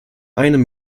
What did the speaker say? einem